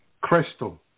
crystal